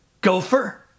gopher